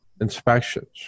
inspections